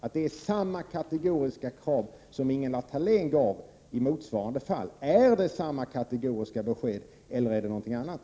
Är det samma kategoriska besked som Ingela Thalén gav i motsvarande fall, eller är det någonting annat?